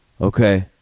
okay